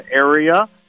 area